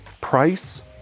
Price